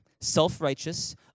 Self-righteous